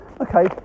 okay